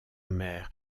mer